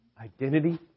identity